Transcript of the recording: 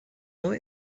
neu